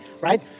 right